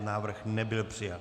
Návrh nebyl přijat.